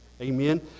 Amen